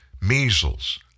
measles